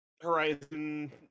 Horizon